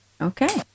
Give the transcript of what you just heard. Okay